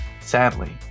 Sadly